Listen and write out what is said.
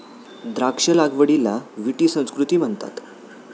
द्राक्ष लागवडीला विटी संस्कृती म्हणतात